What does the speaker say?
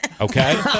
okay